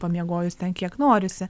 pamiegojus ten kiek norisi